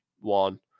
one